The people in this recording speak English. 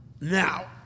Now